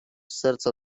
serca